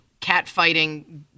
catfighting